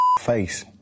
face